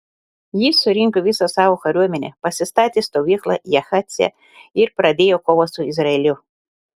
jis surinko visą savo kariuomenę pasistatė stovyklą jahace ir pradėjo kovą su izraeliu